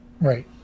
Right